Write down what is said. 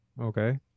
Okay